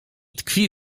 tkwi